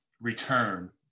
return